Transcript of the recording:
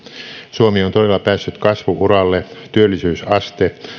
suomi on todella päässyt kasvu uralle työllisyysaste